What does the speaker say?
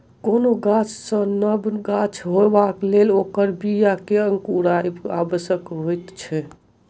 कोनो गाछ सॅ नव गाछ होयबाक लेल ओकर बीया के अंकुरायब आवश्यक होइत छै